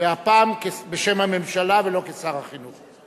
והפעם בשם הממשלה ולא כשר החינוך.